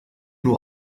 nur